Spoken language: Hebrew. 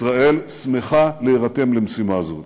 ישראל שמחה להירתם למשימה זו.